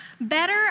Better